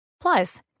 Plus